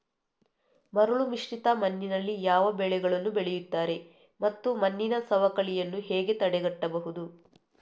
ಮರಳುಮಿಶ್ರಿತ ಮಣ್ಣಿನಲ್ಲಿ ಯಾವ ಬೆಳೆಗಳನ್ನು ಬೆಳೆಯುತ್ತಾರೆ ಮತ್ತು ಮಣ್ಣಿನ ಸವಕಳಿಯನ್ನು ಹೇಗೆ ತಡೆಗಟ್ಟಬಹುದು?